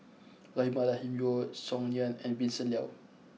Rahimah Rahim Yeo Song Nian and Vincent Leow